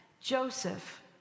Joseph